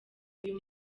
uyu